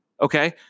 Okay